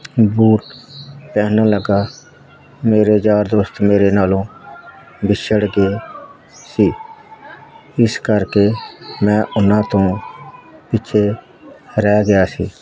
boot ਪਹਿਨਣ ਲੱਗਾ ਮੇਰੇ ਯਾਰ ਦੋਸਤ ਮੇਰੇ ਨਾਲੋਂ ਵਿਛੜ ਗਏ ਸੀ ਇਸ ਕਰਕੇ ਮੈਂ ਉਹਨਾਂ ਤੋਂ ਪਿੱਛੇ ਰਹਿ ਗਿਆ ਸੀ